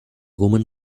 woman